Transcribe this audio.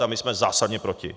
A my jsme zásadně proti.